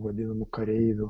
vadinamų kareivių